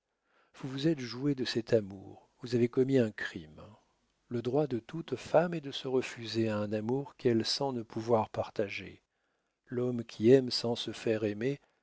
vous vous êtes jouée de cet amour vous avez commis un crime le droit de toute femme est de se refuser à un amour qu'elle sent ne pouvoir partager l'homme qui aime sans se faire aimer